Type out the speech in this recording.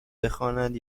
بخواند